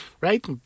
right